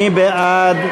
מי בעד?